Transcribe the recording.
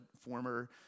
former